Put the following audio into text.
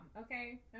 okay